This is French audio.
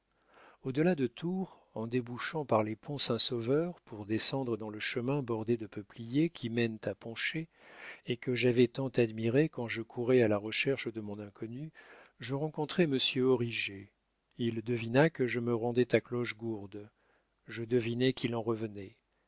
delà de tours en débouchant par les ponts saint-sauveur pour descendre dans le chemin bordé de peupliers qui mène à poncher et que j'avais tant admiré quand je courais à la recherche de mon inconnue je rencontrai monsieur origet il devina que je me rendais à clochegourde je devinai qu'il en